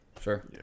sure